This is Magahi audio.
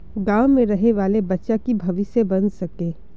गाँव में रहे वाले बच्चा की भविष्य बन सके?